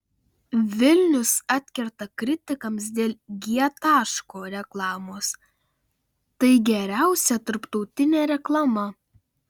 vilnius atkerta kritikams dėl g taško reklamos tai geriausia tarptautinė reklama